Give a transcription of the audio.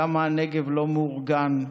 למה הנגב לא מאורגן.